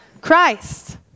Christ